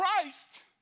Christ